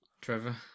Trevor